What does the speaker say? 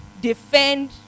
Defend